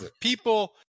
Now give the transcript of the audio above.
People